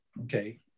okay